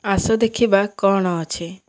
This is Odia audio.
ଆସ ଦେଖିବା କ'ଣ ଅଛି